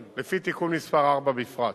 לפי תיקון מס' 4, בפרט.